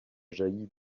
jaillit